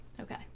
okay